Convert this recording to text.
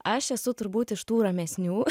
aš esu turbūt iš tų ramesnių